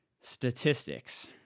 statistics